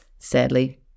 Sadly